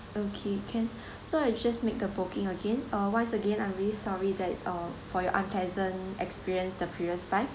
okay can so I just make the booking again uh once again I'm really sorry that uh for your unpleasant experience the previous time